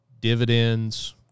dividends